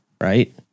right